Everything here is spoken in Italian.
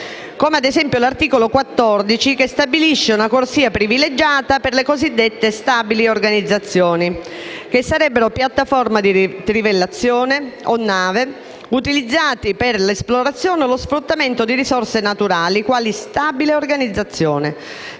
come ad esempio: l'articolo 14 stabilisce una corsia privilegiata per le cosiddette stabili organizzazioni, che sarebbero «piattaforma di trivellazione o nave utilizzate per l'esplorazione o lo sfruttamento di risorse naturali» quale stabile organizzazione,